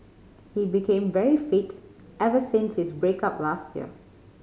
he became very fit ever since his break up last year